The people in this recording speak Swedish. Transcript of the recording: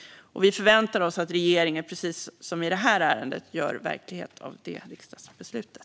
Vi förväntar oss att regeringen precis som i detta ärende gör verklighet av riksdagsbeslutet.